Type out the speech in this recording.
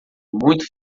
muito